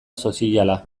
soziala